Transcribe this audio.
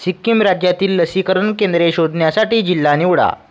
सिक्कीम राज्यातील लसीकरण केंद्रे शोधण्यासाठी जिल्हा निवडा